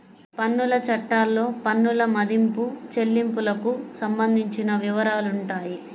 పన్నుల చట్టాల్లో పన్నుల మదింపు, చెల్లింపులకు సంబంధించిన వివరాలుంటాయి